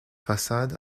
façade